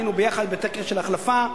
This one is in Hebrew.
היינו יחד בטקס ההחלפה,